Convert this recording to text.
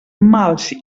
mals